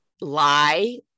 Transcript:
lie